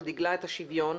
על דגלה את השוויון,